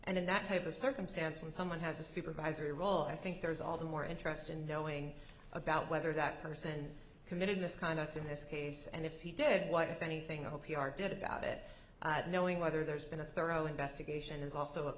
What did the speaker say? and in that type of circumstance when someone has a supervisory role i think there is all the more interested in knowing about whether that person committed this kind of to in this case and if he did what if anything i hope you are did about it knowing whether there's been a thorough investigation is also